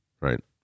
Right